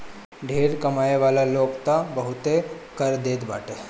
ढेर कमाए वाला लोग तअ बहुते कर देत बाटे